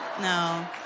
No